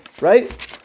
right